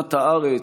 באדמת הארץ,